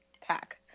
pack